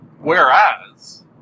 whereas